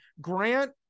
Grant